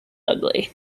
ugly